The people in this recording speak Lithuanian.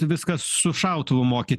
viską su šautuvu mokyt